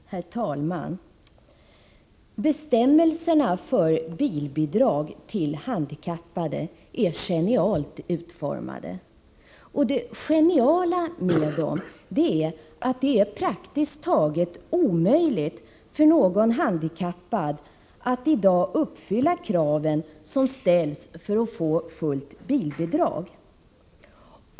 Herr talman! Bestämmelserna för bilbidrag till handikappade är genialt utformade. Det geniala med dem är att det praktiskt taget är omöjligt för någon handikappad att i dag uppfylla de krav som ställs för att få fullt bilbidrag.